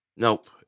Nope